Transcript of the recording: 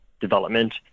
development